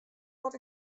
wat